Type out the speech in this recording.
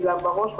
אלא בראש ובראשונה,